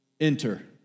Enter